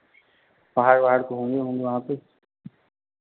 पहाड़ वहाड़ घूमे होंगे वहाँ पर